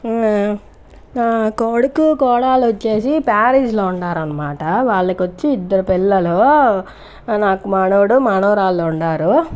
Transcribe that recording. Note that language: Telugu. కొడుకు కోడలొచ్చేసి ప్యారిస్లో ఉన్నారనమాట వాళ్లకొచ్చి ఇద్దరు పిల్లలు నాకు మనవడు మనవరాలు ఉన్నారు